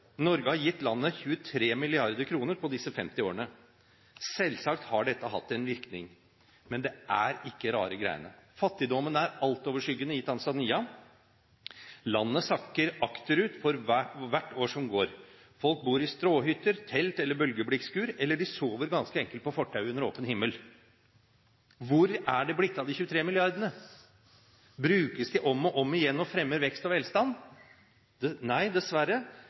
Norge har gitt landet 23 mrd. kr på disse 50 årene. Selvsagt har dette hatt en virkning. Men det er ikke rare greiene. Fattigdommen er altoverskyggende i Tanzania. Landet sakker akterut for hvert år som går. Folk bor i stråhytter, telt eller bølgeblikkskur, eller de sover ganske enkelt på fortauet, under åpen himmel. Hvor er det blitt av de 23 milliardene? Brukes de om og om igjen og fremmer vekst og velstand? Nei, dessverre,